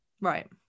Right